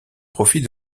profit